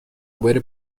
بره